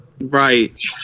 Right